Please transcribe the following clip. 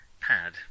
pad